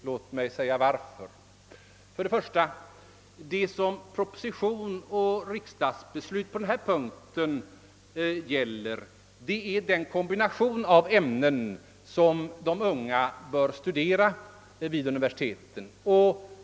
Låt mig förklara varför. Vad propositionen och riksdagsbeslutet i detta avseende gäller är först och främst den kombination av ämnen, som de unga bör studera vid universiteten.